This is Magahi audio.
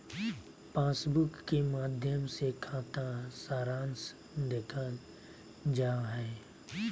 पासबुक के माध्मय से खाता सारांश देखल जा हय